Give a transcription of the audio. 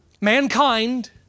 Mankind